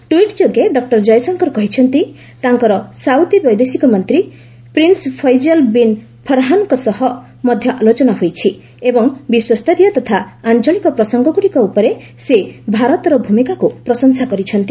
tweet ଯୋଗେ doctor Jaishankar କହିଛନ୍ତି ତାଙ୍କର ସାଉଦୀ ବୈଦେଶିକ ମନ୍ତ୍ରୀ ପ୍ରିନ୍ସ ଫଇଜଲ୍ ବିନ୍ ଫର୍ହାନ୍ଙ୍କ ସହ ମଧ୍ୟ ଆଲୋଚନା ହୋଇଛି ଏବଂ ବିଶ୍ୱସ୍ତରୀୟ ତଥା ଆଞ୍ଚଳିକ ପ୍ରସଙ୍ଗଗୁଡ଼ିକ ଉପରେ ସେ ଭାରତର ଭୂମିକାକୁ ପ୍ରଶଂସା କରିଛନ୍ତି